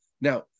Now